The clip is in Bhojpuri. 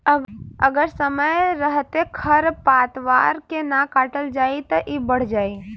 अगर समय रहते खर पातवार के ना काटल जाइ त इ बढ़ जाइ